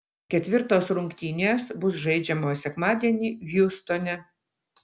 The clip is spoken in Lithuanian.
ketvirtos rungtynės bus žaidžiamos sekmadienį hjustone